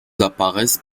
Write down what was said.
apparaissent